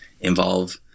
involve